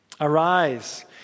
Arise